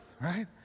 right